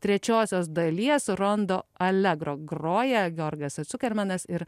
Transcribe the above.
trečiosios dalies rondo allegro groja georgas cukermanas ir